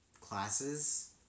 classes